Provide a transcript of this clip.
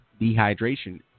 dehydration